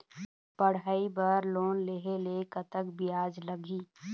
पढ़ई बर लोन लेहे ले कतक ब्याज लगही?